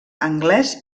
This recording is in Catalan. anglès